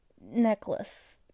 necklace